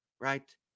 right